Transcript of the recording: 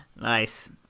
Nice